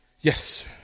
Yes